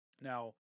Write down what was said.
Now